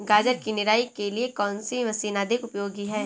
गाजर की निराई के लिए कौन सी मशीन अधिक उपयोगी है?